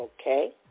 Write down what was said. Okay